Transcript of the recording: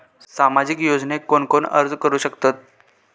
सामाजिक योजनेक कोण कोण अर्ज करू शकतत?